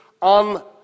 on